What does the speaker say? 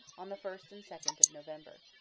on the first and second of november.